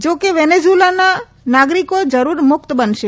જાકે વેનેઝુએલાના નાગરિકો જરૂર મુક્ત બનશે